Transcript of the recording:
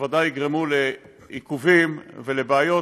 שבוודאי יגרמו לעיכובים ולבעיות.